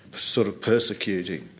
sort of persecuting.